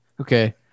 Okay